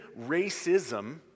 racism